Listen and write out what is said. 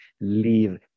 leave